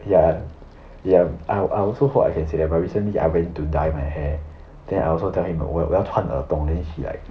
ya ya I I also hope I can say that but recently I went to dye my hair then I also tell him 我我要穿耳洞 then he like